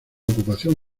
ocupación